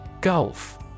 GULF